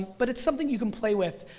but it's something you can play with.